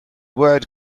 word